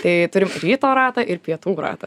tai turim ryto ratą ir pietų ratą